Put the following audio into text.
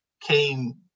came